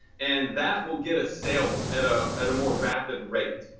and that will get us sales at ah at a more rapid rate.